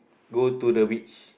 go to the beach